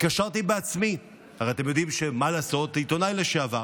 התקשרתי בעצמי, מה לעשות, עיתונאי לשעבר,